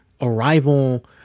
Arrival